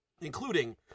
including